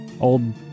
Old